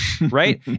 Right